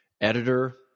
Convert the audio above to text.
Editor